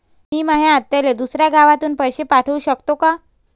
मी माया आत्याले दुसऱ्या गावातून पैसे पाठू शकतो का?